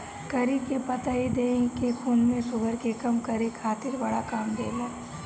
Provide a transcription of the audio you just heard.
करी के पतइ देहि के खून में शुगर के कम करे खातिर बड़ा काम देला